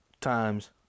times